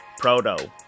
Proto